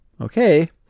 okay